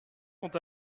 sont